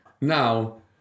Now